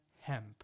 hemp